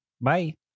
bye